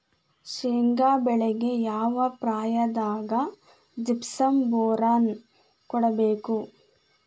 ಶೇಂಗಾ ಬೆಳೆಗೆ ಯಾವ ಪ್ರಾಯದಾಗ ಜಿಪ್ಸಂ ಬೋರಾನ್ ಕೊಡಬೇಕು?